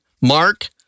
Mark